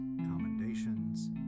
commendations